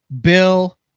Bill